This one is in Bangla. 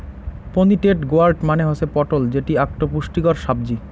পোনিটেড গোয়ার্ড মানে হসে পটল যেটি আকটো পুষ্টিকর সাব্জি